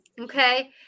okay